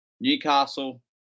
Newcastle